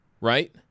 right